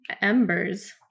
Embers